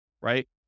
right